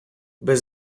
без